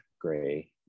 gray